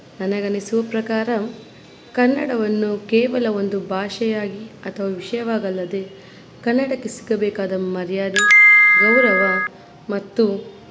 ನನಗನ್ನಿಸುವ ಪ್ರಕಾರ ಕನ್ನಡವನ್ನು ಕೇವಲ ಒಂದು ಭಾಷೆಯಾಗಿ ಅಥವಾ ವಿಷಯವಾಗಲ್ಲದೆ ಕನ್ನಡಕ್ಕೆ ಸಿಗಬೇಕಾದ ಮರ್ಯಾದೆ ಗೌರವ ಮತ್ತು